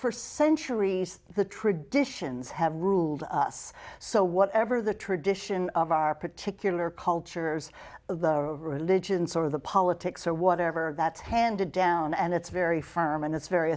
for centuries the traditions have ruled us so whatever the tradition of our particular cultures of the religion sort of the politics or whatever that's handed down and it's very firm and it's very